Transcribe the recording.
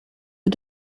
you